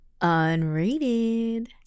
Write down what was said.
Unrated